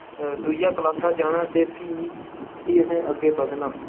आं दूइयै क्लासा जाना फ्ही फ्ही अग्गें बधना